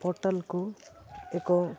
ପୋର୍ଟାଲକୁ ଏକ